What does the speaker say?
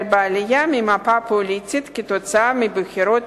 בעלייה מהמפה הפוליטית כתוצאה מהבחירות